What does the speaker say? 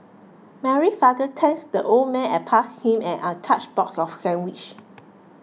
Mary father thanked the old man and passed him an untouched box of sandwich